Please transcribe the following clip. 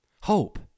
Hope